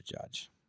judge